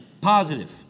Positive